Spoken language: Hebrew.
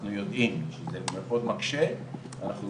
אנחנו יודעים שזה מאוד מקשה, אנחנו